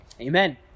Amen